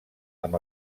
amb